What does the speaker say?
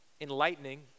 enlightening